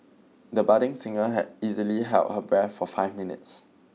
the budding singer had easily held her breath for five minutes